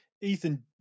Ethan